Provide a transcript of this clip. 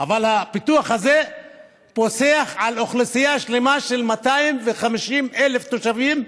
אבל הפיתוח הזה פוסח על אוכלוסייה שלמה של 250,000 תושבים,